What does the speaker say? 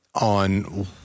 on